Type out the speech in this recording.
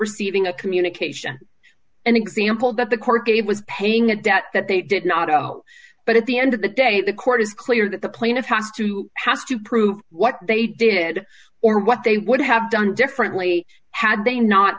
receiving a communication an example that the court gave was paying a debt that they did not owe but at the end of the day the court is clear that the plaintiff has to has to prove what they did or what they would have done differently had they not